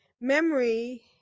memory